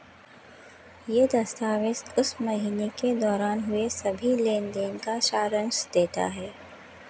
यह दस्तावेज़ उस महीने के दौरान हुए सभी लेन देन का सारांश देता है